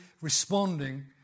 responding